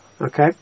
Okay